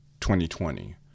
2020